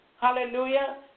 Hallelujah